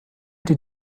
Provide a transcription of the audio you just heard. did